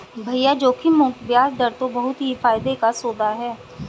भैया जोखिम मुक्त बयाज दर तो बहुत ही फायदे का सौदा है